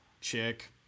chick